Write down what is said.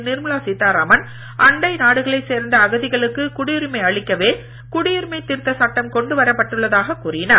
நிர்மலா சீத்தாராமன் அண்டை நாடுகளை சேர்ந்த அகதிகளுக்கு குடியுரிமை அளிக்கவே குடியுரிமை திருத்தச் சட்டம் கொண்டு வரப்பட்டதாக கூறினார்